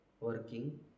working